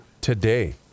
today